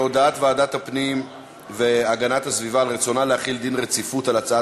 להודעת ועדת הפנים והגנת הסביבה על רצונה להחיל דין רציפות על הצעת